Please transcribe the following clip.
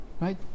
right